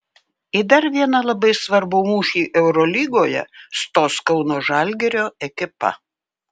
į dar vieną labai svarbų mūšį eurolygoje stos kauno žalgirio ekipa